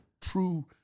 true